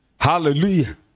hallelujah